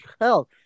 hell